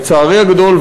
לצערי הגדול,